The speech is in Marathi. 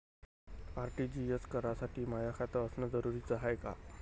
आर.टी.जी.एस करासाठी माय खात असनं जरुरीच हाय का?